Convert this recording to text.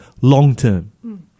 long-term